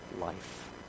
life